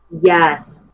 Yes